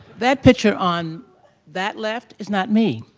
that picture on that left is not me.